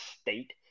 State